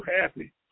happy